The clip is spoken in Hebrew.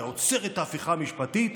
היה עוצר את ההפיכה משפטית,